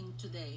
today